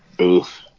Oof